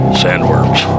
sandworms